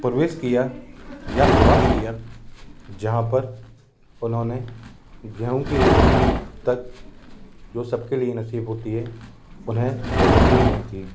प्रवास किया या प्रवास किया जहाँ पर उन्होंने गेहूँ की रोटी तक जो सब के लिए नसीब होती है उन्हें वो नसीब नहीं थी